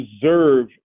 deserve